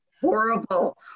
horrible